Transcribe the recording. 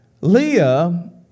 Leah